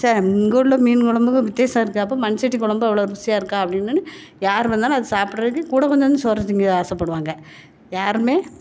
சே இங்கே உள்ள மீன் கொழம்புக்கு வித்தியாசம் இருக்கு அப்போ மண்சட்டி கொழம்பு அவ்வளோ ருசியாக இருக்கா அப்படின்னோன யாரு வந்தாலும் அது சாப்புடுறதுக்கு கூட கொஞ்சோண்டு சோறு திங்க ஆசைப்படுவாங்க யாருமே